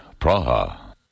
Praha